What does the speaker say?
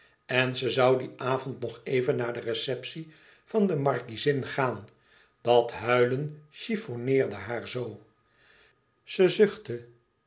en ze zoû dien avond nog even naar de receptie van de markiezin gaan dat huilen chiffonneerde haar zoo ze zuchtte